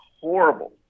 horrible